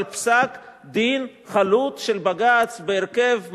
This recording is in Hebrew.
על פסק-דין חלוט של בג"ץ בהרכב מורחב,